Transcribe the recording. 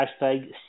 Hashtag